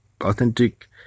authentic